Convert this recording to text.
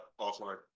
offline